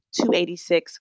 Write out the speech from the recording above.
286